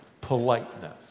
politeness